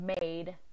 made